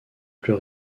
plus